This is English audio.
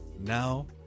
now